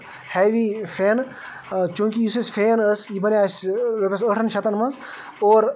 heavy فینہٕ چوٗنٛکہِ یُس اَسہِ فین ٲس یہِ بَنیو اَسہِ رۄپیس ٲٹھن شتن منٛز اور